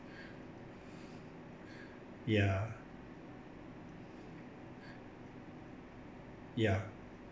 ya ya